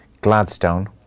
Gladstone